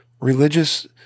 religious